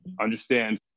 Understand